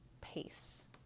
pace